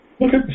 Okay